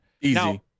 Easy